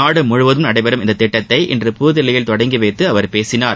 நாடுமுழுவதும் நடைபெறும் இந்த திட்டத்தை இன்று புதுதில்லியில் தொடங்கி வைத்து அவர் பேசினார்